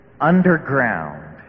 underground